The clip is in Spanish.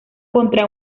contra